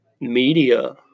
media